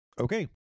Okay